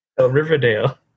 Riverdale